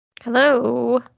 Hello